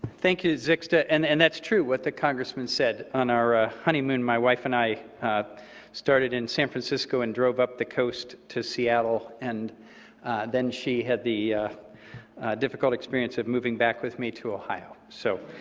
thank you, zixta. and and that's true what the congressman said. on our ah honeymoon, my wife and i started in san francisco and drove up the coast to seattle, and then she had the difficult experience of moving back with me to ohio, so